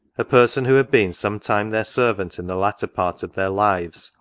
a person who had been some time their servant in the latter part of their lives,